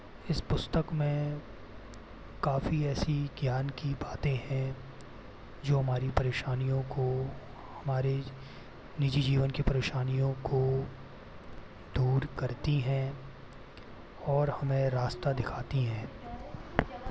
इस पुस्तक में काफ़ी ऐसी ज्ञान की बाते हैं जो हमारी परेशानियों को हमारे निजी जीवन की परेशानियों को दूर करती हैं और हमें रास्ता दिखाती हैं